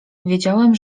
wiedziałem